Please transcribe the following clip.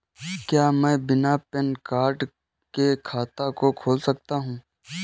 क्या मैं बिना पैन कार्ड के खाते को खोल सकता हूँ?